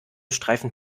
streifen